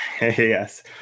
Yes